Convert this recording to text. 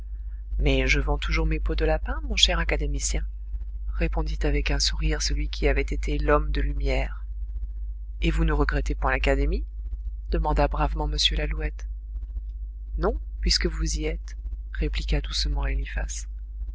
mais je vends toujours mes peaux de lapin mon cher académicien répondit avec un sourire celui qui avait été l homme de lumière et vous ne regrettez point l'académie demanda bravement m lalouette non puisque vous y êtes répliqua doucement